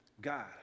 God